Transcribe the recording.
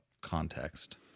context